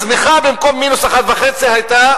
הצמיחה, במקום 1.5% היתה